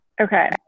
okay